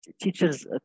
teachers